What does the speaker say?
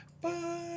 Bye